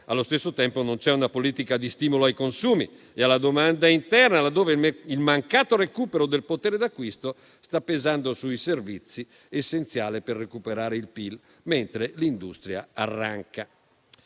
Allo stesso tempo, non c'è una politica di stimolo ai consumi e alla domanda interna, laddove il mancato recupero del potere d'acquisto sta pesando sui servizi, essenziale per recuperare il PIL, mentre l'industria arranca.